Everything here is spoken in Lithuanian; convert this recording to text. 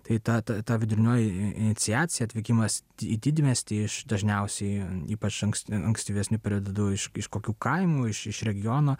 tai ta ta vidurinioji iniciacija atvykimas į didmiestį iš dažniausiai ypač anksti ankstyvesniu periodu iš kokių kaimų iš iš regiono